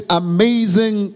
amazing